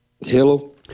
Hello